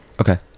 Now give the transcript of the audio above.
Okay